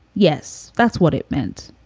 yes, that's what it meant.